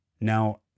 Now